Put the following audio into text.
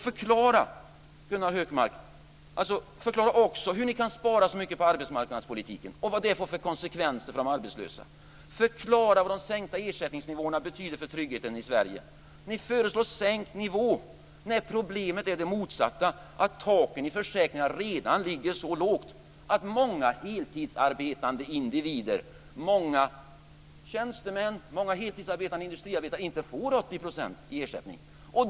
Förklara också, Gunnar Hökmark, hur ni kan spara så mycket på arbetsmarknadspolitiken och vad det får för konsekvenser för de arbetslösa! Förklara vad de sänkta ersättningsnivåerna betyder för tryggheten i Sverige! Ni föreslår sänkt nivå när problemet är det motsatta, att taken i försäkringarna redan ligger så lågt att många heltidsarbetande individer, tjänstemän och heltidsarbetande industriarbetare, inte får 80 % i ersättning.